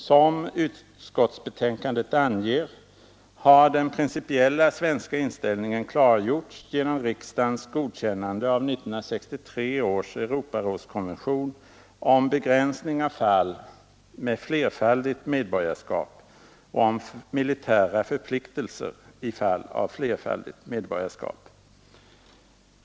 Som utskottsbetänkandet anger, har den principiella svenska inställningen klargjorts genom riksdagens godkännande av 1963 års Europarådskonvention om begränsning av fall med flerfaldigt medborgarskap och om militära förpliktelser i fall av flerfaldigt medborgarskap.